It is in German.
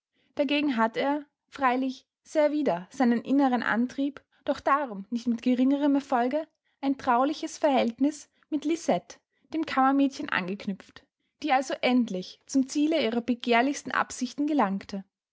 dagegen hat er freilich sehr wider seinen inneren antrieb doch darum nicht mit geringerem erfolge ein trauliches verhältniß mit lisette dem kammermädchen angeknüpft die also endlich zum ziele ihrer begehrlichsten absichten gelangte